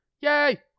yay